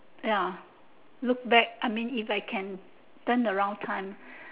ya look back if I can turn around time